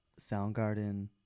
Soundgarden